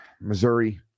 Missouri